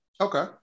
Okay